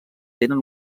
tenen